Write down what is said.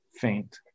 faint